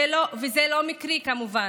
זה לא מקרי, כמובן: